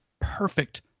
perfect